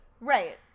right